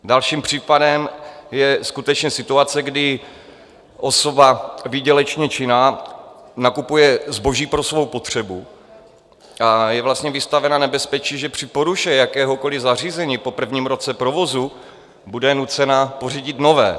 Dalším případem je skutečně situace, kdy osoba výdělečně činná nakupuje zboží pro svou potřebu a je vlastně vystavena nebezpečí, že při poruše jakéhokoliv zařízení po prvním roce provozu bude nucena pořídit nové.